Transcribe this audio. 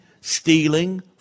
stealing